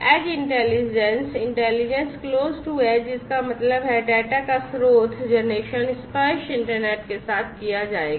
as intelligence intelligence close to edge इसका मतलब है डेटा का स्रोत स्पर्श इंटरनेट के साथ किया जाएगा